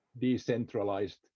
Decentralized